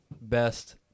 best